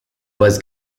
was